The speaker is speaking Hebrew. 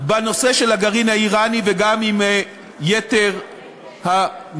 בנושא של הגרעין האיראני, וגם עם יתר המדינות,